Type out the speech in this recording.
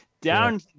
Down